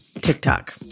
TikTok